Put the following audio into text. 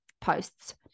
posts